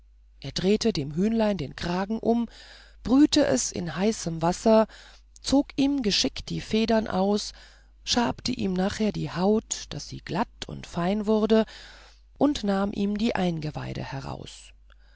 er drehte dem hühnlein den kragen um brühte es in heißem wasser zog ihm geschickt die federn aus schabte ihm nachher die haut daß sie glatt und fein wurde und nahm ihm die eingeweide heraus